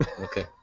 Okay